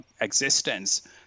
existence